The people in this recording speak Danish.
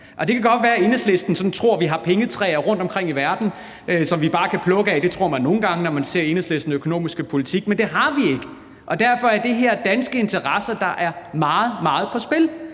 det kan godt være, at Enhedslisten sådan tror, vi har pengetræer rundtomkring i verden, som vi bare kan plukke af – det tror man nogle gange, når man ser Enhedslistens økonomiske politik – men det har vi ikke. Derfor er det danske interesser, som